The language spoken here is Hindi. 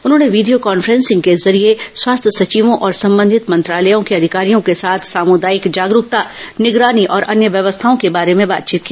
उन्होंने वीडियो कान्फ्रेंसिग के जरिये स्वास्थ्य सचिवों और संबंधित मंत्रालयों के अधिकारियों के साथ सामुदायिक जागरूकता निगरानी और अन्य व्यवस्थाओं के बारे में बातचीत की